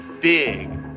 big